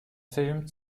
film